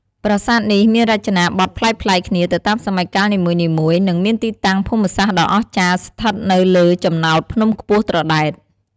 ប្រាសាទនេះមានរចនាបថប្លែកៗគ្នាទៅតាមសម័យកាលនីមួយៗ និងមានទីតាំងភូមិសាស្ត្រដ៏អស្ចារ្យស្ថិតនៅលើចំណោតភ្នំខ្ពស់ត្រដែត។